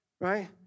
right